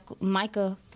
Micah